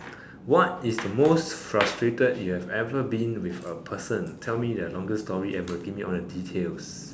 what is the most frustrated you've ever been with a person tell me your longest story ever give me all the details